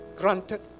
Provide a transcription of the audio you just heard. granted